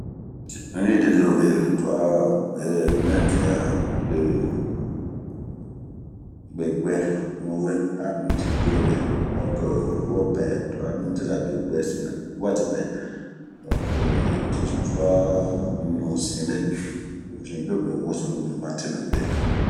n'yidi dirobe to aa mintira bebwɛ nwe a n'di dirobe donke to a mintira bebwɛ sina wati pɛ ,ehh ti cua ɲu sinre ,hinbio be wosono be.